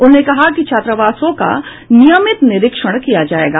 उन्होंने कहा कि छात्रावासों का नियमित निरीक्षण किया जायेगा